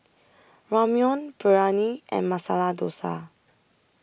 Ramyeon Biryani and Masala Dosa